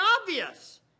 obvious